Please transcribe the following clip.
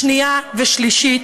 שנייה ושלישית,